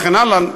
וכן הלאה,